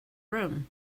room